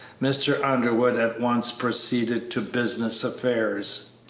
mr. underwood at once proceeded to business affairs.